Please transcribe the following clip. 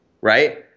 right